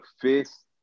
fifth